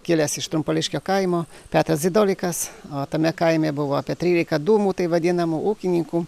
kilęs iš trumpoliškio kaimo petras dzidolikas o tame kaime buvo apie trylika dūmų tai vadinamų ūkininkų